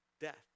death